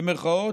במירכאות,